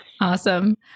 Awesome